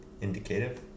Indicative